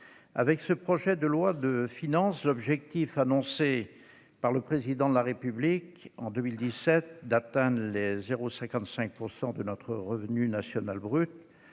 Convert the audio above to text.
Avec ce projet de loi de finances, l'objectif, annoncé par le Président de la République en 2017, de porter à 0,55 % la part de notre revenu national brut